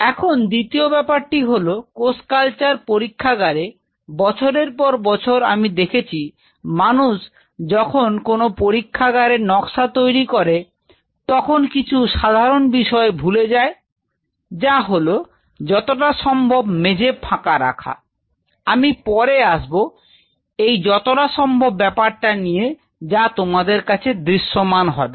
এখন দ্বিতীয় ব্যাপারটি হলো কোষ কালচার পরীক্ষাগারে বছরের পর বছর আমি দেখেছি মানুষটা যখন কোন পরীক্ষাগারের নকশা তৈরি করে তখন কিছু সাধারন বিষয়ে ভুলে যায় যা হলো যতটা সম্ভব মেঝে ফাঁকা রাখা আমি পরে আসবো এই যতটা সম্ভব ব্যাপারটা নিয়ে যা তোমাদের কাছে দৃশ্যমান হবে